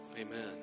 Amen